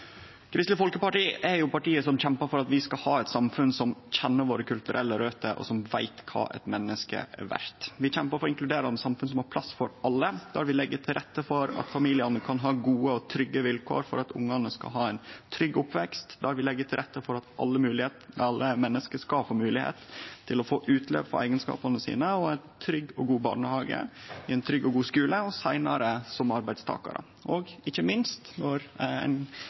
Kristeleg Folkeparti er partiet som kjempar for at vi skal ha eit samfunn som kjenner våre kulturelle røter, og som veit kva eit menneske er verdt. Vi kjempar for inkluderande samfunn som har plass for alle, der vi legg til rette for at familiane kan ha gode og trygge vilkår for at ungane skal ha ein trygg oppvekst, der vi legg til rette for at alle menneske skal få moglegheit til å få utlaup for eigenskapane sine i ein trygg og god barnehage, i ein trygg og god skule og seinare som arbeidstakarar, og ikkje minst skal ein, når ein går inn i livets haust, òg kunne ha ein